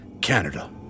Canada